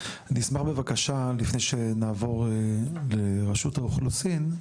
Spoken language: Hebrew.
אני אשמח בבקשה, לפני שנעבור לראשות האוכלוסין,